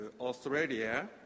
Australia